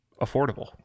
affordable